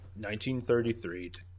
1933